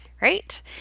right